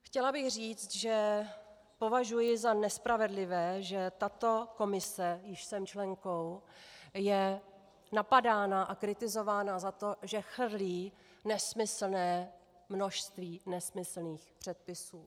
Chtěla bych říct, že považuji za nespravedlivé, že tato Komise, jejíž jsem členkou, je napadána a kritizována za to, že chrlí nesmyslné množství nesmyslných předpisů.